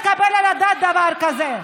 לא מתקבל על הדעת דבר כזה.